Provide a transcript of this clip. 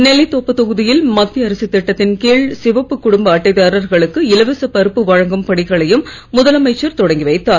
நெல்லித் தோப்பு தொகுதியில் மத்திய அரசுத் திட்டத்தின் கீழ் சிவப்பு குடும்ப அட்டைதாரர்களுக்கு இலவச பருப்பு வழங்கும் பணிகளையும் முதலமைச்சர் தொடங்கி வைத்தார்